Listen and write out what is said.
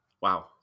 Wow